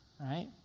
right